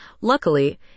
Luckily